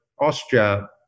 Austria